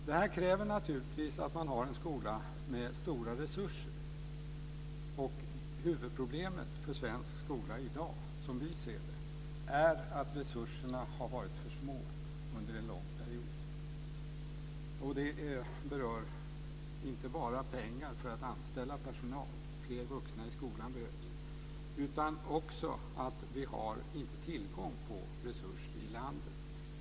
Det här kräver naturligtvis att man har en skola med stora resurser, och huvudproblemet för svensk skola i dag, som vi ser det, är att resurserna har varit för små under en lång period. Det berör inte bara pengar för att anställa personal, fler vuxna i skolan behövs, utan också att vi inte har tillgång till resurser i landet.